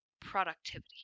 productivity